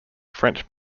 french